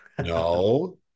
no